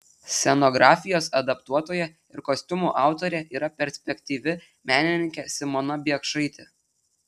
scenografijos adaptuotoja ir kostiumų autorė yra perspektyvi menininkė simona biekšaitė